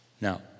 Now